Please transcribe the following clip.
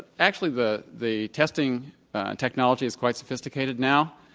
actually the the testing technology is quite sophisticated now.